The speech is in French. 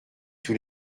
tous